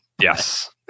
Yes